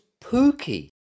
Pookie